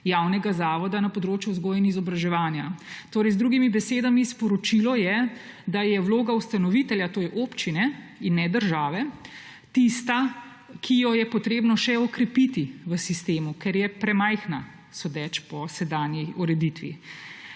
javnega zavoda na področju vzgoje in izobraževanja. Torej z drugimi besedami sporočilo je, da je vloga ustanovitelja, to je občine in ne države, tista, ki jo je treba še okrepiti v sistemu, ker je premajhna, sodeč po sedanji ureditvi.